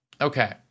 okay